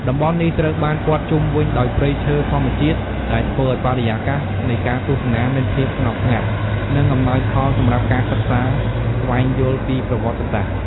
តំបន់នេះត្រូវបានព័ទ្ធជុំវិញដោយព្រៃឈើធម្មជាតិដែលធ្វើឲ្យបរិយាកាសនៃការទស្សនាមានភាពស្ងប់ស្ងាត់ និងអំណោយផលសម្រាប់ការសិក្សាស្វែងយល់ពីប្រវត្តិសាស្ត្រ។